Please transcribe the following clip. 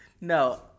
No